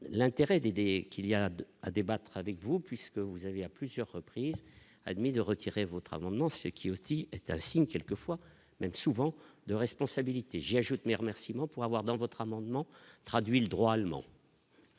l'intérêt des dès qu'il y a à débattre avec vous, puisque vous avez à plusieurs reprises, admis de retirer votre amendement ce qui aussi est un signe, quelquefois, même souvent de responsabilité, j'ai ajoute mais remerciements pour avoir dans votre amendement traduit le droit allemand.